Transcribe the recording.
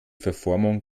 verformung